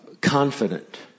Confident